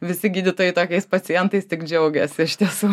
visi gydytojai tokiais pacientais tik džiaugiasi iš tiesų